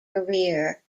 career